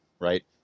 right